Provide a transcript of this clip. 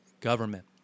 government